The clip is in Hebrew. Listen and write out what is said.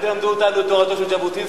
אל תלמדו אותנו את תורתו של ז'בוטינסקי.